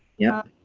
yeah.